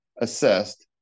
assessed